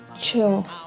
chill